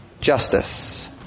justice